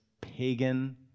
pagan